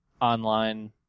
online